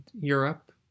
Europe